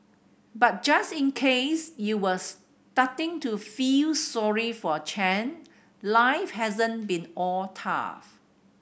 but just in case you were starting to feel sorry for Chen life hasn't been all tough